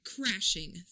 crashing